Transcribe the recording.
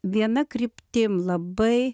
viena kryptim labai